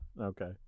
Okay